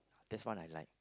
that's one I like